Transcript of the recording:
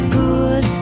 good